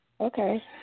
Okay